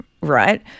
right